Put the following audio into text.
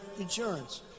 insurance